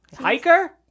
Hiker